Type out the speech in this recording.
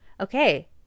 Okay